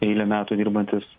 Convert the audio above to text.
eilę metų dirbantis